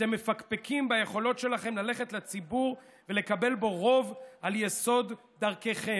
אתם מפקפקים ביכולות שלכם ללכת לציבור ולקבל בו רוב על יסוד דרככם.